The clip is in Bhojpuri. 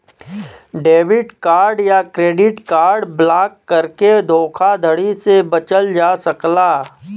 डेबिट कार्ड या क्रेडिट कार्ड ब्लॉक करके धोखाधड़ी से बचल जा सकला